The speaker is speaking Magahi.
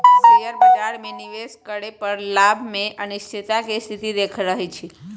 शेयर बाजार में निवेश करे पर लाभ में अनिश्चितता के स्थिति रहइ छइ